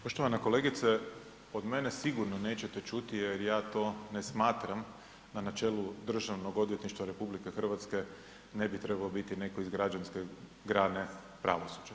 Poštovana kolegice od mene sigurno nećete čuti jer ja to ne smatram da na čelu Državnog odvjetništva RH ne bi trebao biti netko iz građanske grane pravosuđa.